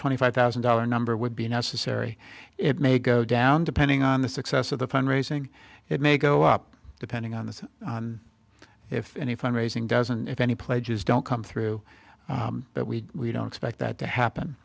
twenty five thousand dollar number would be necessary it may go down depending on the success of the fund raising it may go up depending on the if any fund raising doesn't if any pledges don't come through but we don't expect that to happen